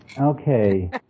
Okay